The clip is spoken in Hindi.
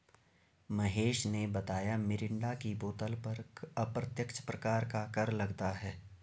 महेश ने बताया मिरिंडा की बोतल पर अप्रत्यक्ष प्रकार का कर लगता है